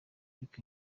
ariko